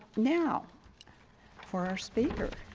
now for our speaker.